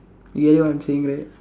you know what I'm saying right